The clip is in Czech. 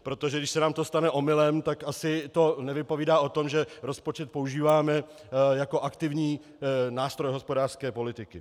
Protože když se nám to stane omylem, tak to asi nevypovídá o tom, že rozpočet používáme jako aktivní nástroj hospodářské politiky.